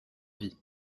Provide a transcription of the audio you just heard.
vie